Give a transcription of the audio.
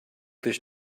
this